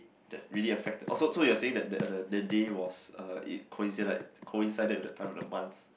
that really affect oh so so you're saying that that the day was uh it coincided with the time of the month